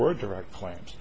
were a direct claims